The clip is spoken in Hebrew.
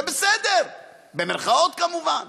זה "בסדר" במירכאות כמובן.